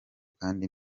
kandi